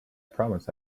promise